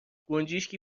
گنجشکی